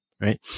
right